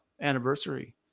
anniversary